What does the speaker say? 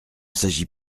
s’agit